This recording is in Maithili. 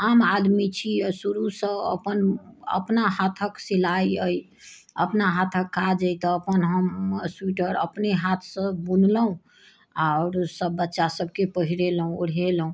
आम आदमी छी आ शुरूसँ अपन अपना हाथक सिलाइ अइ अपना हाथक काज अइ तऽ अपन हम स्वीटर अपने हाथसँ बुनलहुँ आओर सभ बच्चा सभके पहिरेलहुँ ओढ़ेलहुँ